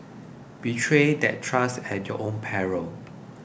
betray that trust at your own peril